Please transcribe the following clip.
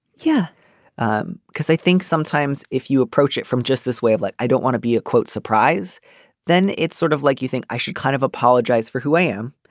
yeah um because i think sometimes if you approach it from just this way of like i don't want to be a quote surprise then it's sort of like you think i should kind of apologize for who i am.